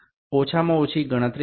এখানে সর্বনিম্ন গণনা লেখা আছে